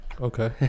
okay